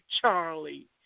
Charlie